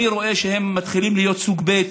אני רואה שהם מתחילים להיות סוג ב',